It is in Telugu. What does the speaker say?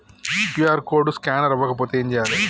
క్యూ.ఆర్ కోడ్ స్కానర్ అవ్వకపోతే ఏం చేయాలి?